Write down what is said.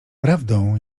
prawdą